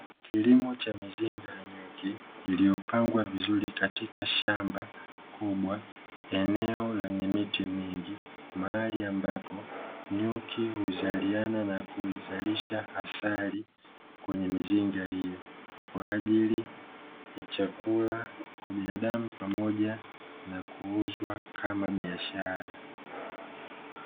Kilimo cha mizinga ya nyuki iliyopangwa vizuri katika shamba kubwa, eneo lenye miti mingi mahali ambapo nyuki huzaliana na huizalisha asali kwenye mizinga hiyo, kwa ajili ya chakula kwa binadamu, pamoja na kuuzwa kama biashara.